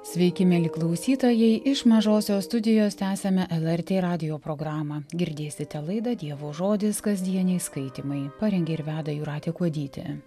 sveiki mieli klausytojai iš mažosios studijos tęsiame lrt radijo programą girdėsite laidą dievo žodis kasdieniai skaitymai parengė ir veda jūratė kuodytė